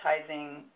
advertising